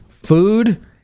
Food